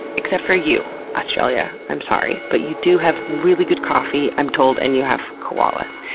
except for you, australia, i'm sorry. but you do have really good coffee, i'm told, and you have koalas.